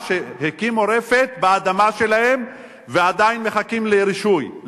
שהקימו רפת באדמה שלהם ועדיין מחכים לרישוי,